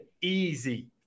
easy